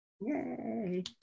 Yay